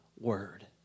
word